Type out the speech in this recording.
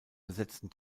besetzten